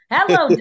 Hello